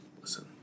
listen